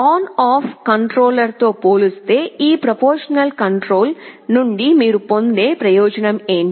on off కంట్రోలర్తో పోలిస్తే ఈ ప్రపోర్షనల్ కంట్రోల్ నుండి మీరు పొందే ప్రయోజనం ఏమిటి